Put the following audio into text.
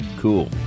cool